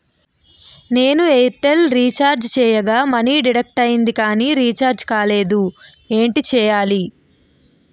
నేను Airtel recharge చేయించగా money deduct అయ్యింది కానీ రీఛార్జ్ కాలేదు ఏంటి చేయాలి?